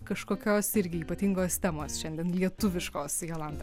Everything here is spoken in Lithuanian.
kažkokios irgi ypatingos temos šiandien lietuviškos jolanta